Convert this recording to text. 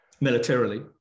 Militarily